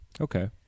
okay